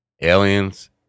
aliens